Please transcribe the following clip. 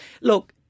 look